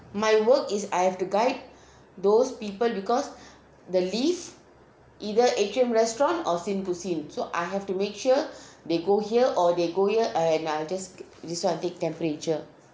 my work is I have to guide those people because the lift either atrium restaurant or scene cuisine so I have to make sure they go here or they go here ah ya here just this one I take temperature